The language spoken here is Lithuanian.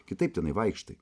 kitaip tenai vaikštai